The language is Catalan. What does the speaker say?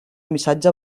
missatge